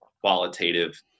qualitative